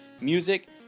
music